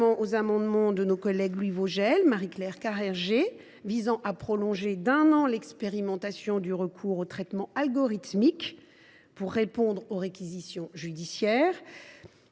aux amendements de Louis Vogel et Marie Claire Carrère Gée, qui visent à prolonger d’un an l’expérimentation du recours aux traitements algorithmiques pour répondre aux réquisitions judiciaires,